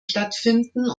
stattfinden